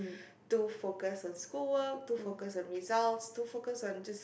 too focused on schoolwork too focused on results too focused on just